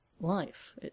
life